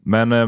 Men